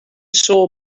saw